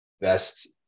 best